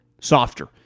softer